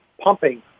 pumping